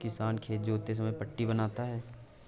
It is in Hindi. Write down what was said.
किसान खेत जोतते समय पट्टी बनाता है